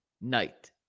night